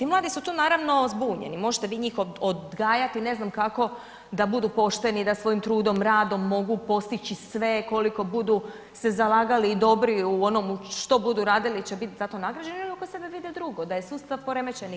I mladi su tu naravno zbunjeni i možete vi njih odgajati ne znam kako da budu pošteni, da svojim trudom, radom, mogu postići sve, koliko budu se zalagali i dobri u onome što budu radili će biti za to nagrađeni … vide drugo, da je sustav poremećeni